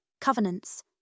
Covenants